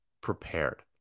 prepared